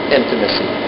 intimacy